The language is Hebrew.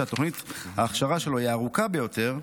שתוכנית ההכשרה שלו היא הארוכה ביותר,